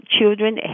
children